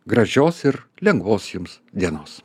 gražios ir lengvos jums dienos